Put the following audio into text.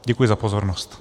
Děkuji za pozornost.